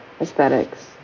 aesthetics